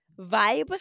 vibe